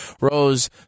rose